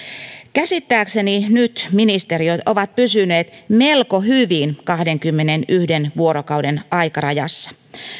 käsittääkseni nyt ministeriöt ovat pysyneet melko hyvin kahdenkymmenenyhden vuorokauden aikarajassa